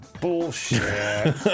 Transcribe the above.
bullshit